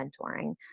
mentoring